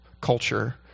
culture